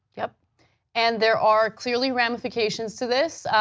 yeah and there are clearly ramifications to this.